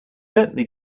certainly